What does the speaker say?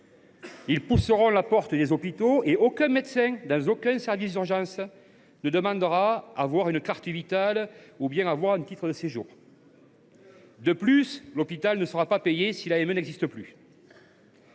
Ils pousseront la porte des hôpitaux, et aucun médecin, dans aucun service d’urgences, ne demandera à voir une carte Vitale ou un titre de séjour avant de soigner. De plus, l’hôpital ne sera pas payé si l’AME n’existe plus.